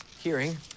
hearing